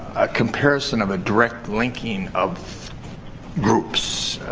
comparison of direct linking of groups.